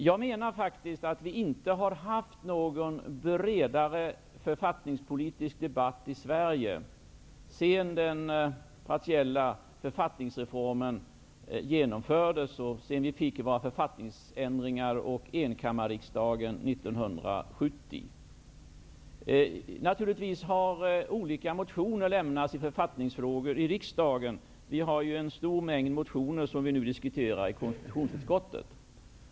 Jag menar faktiskt att vi inte har haft någon bredare författningspolitisk debatt i Sverige sedan den partiella författningsreformen genomfördes och sedan vi fick våra författningsändringar och enkammarriksdagen 1970. Naturligtvis har olika motioner väckts i riksdagen i författningsfrågor. Vi har en stor mängd motioner som vi nu diskuterar i konstitutionsutskottet.